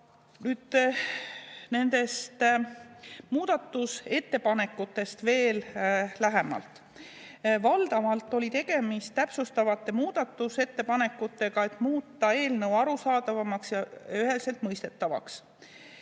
Nüüd nendest muudatusettepanekutest lähemalt. Valdavalt oli tegemist täpsustavate ettepanekutega, et muuta eelnõu arusaadavamaks ja üheselt mõistetavaks.